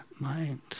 mind